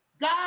God